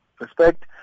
respect